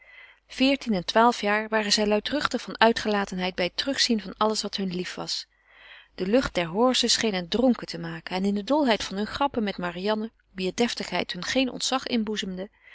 en twaalf jaar waren zij luidruchtig van uitgelatenheid bij het terugzien van alles wat hun lief was de lucht der horze scheen hen dronken te maken en in de dolheid hunner grappen met marianne wier deftigheid hun geen ontzag